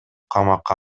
камакка